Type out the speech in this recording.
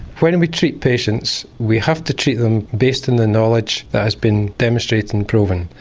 when we treat patients we have to treat them based in the knowledge that has been demonstrated and proven.